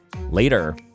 later